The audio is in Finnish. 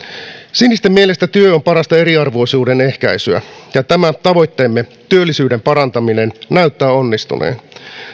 sinisten mielestä työ on parasta eriarvoisuuden ehkäisyä ja tämä tavoitteemme työllisyyden parantaminen näyttää onnistuneen